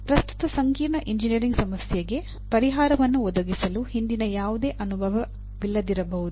ಪ್ರಸ್ತುತ ಸಂಕೀರ್ಣ ಎಂಜಿನಿಯರಿಂಗ್ ಸಮಸ್ಯೆಗೆ ಪರಿಹಾರವನ್ನು ಒದಗಿಸಲು ಹಿಂದಿನ ಯಾವುದೇ ಅನುಭವವಿಲ್ಲದಿರಬಹುದು